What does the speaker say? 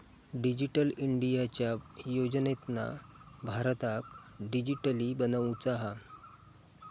digital इंडियाच्या योजनेतना भारताक डीजिटली बनवुचा हा